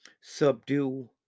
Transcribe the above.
Subdue